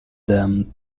them